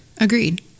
Agreed